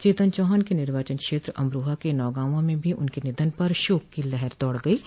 चेतन चौहान के निर्वाचन क्षेत्र अमराहा के नौगांवा में भी उनके निधन पर शोक की लहर दौड़ गई है